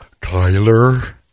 Kyler